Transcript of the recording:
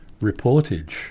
reportage